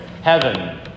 heaven